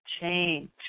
change